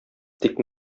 тик